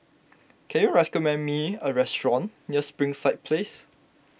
can you res commend me a restaurant near Springside Place